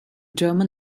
german